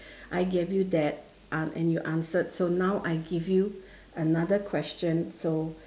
I gave you that uh and you answered so now I give you another question so